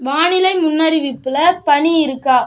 வானிலை முன்னறிவிப்பில் பணி இருக்கா